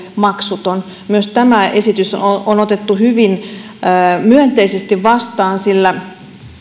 maksuton myös tämä esitys on otettu hyvin myönteisesti vastaan sillä